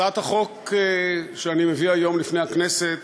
הצעת החוק שאני מביא היום לפני הכנסת